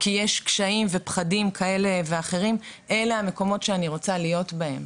כי יש קשיים ופחדים אלה המקומות שאני רוצה להיות בהם.